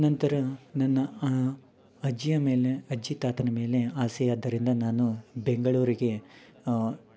ನಂತರ ನನ್ನ ಅಜ್ಜಿಯ ಮೇಲೆ ಅಜ್ಜಿ ತಾತನ ಮೇಲೆ ಆಸೆಯಾದ್ದರಿಂದ ನಾನು ಬೆಂಗಳೂರಿಗೆ